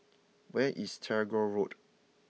where is Tagore Road